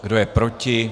Kdo je proti?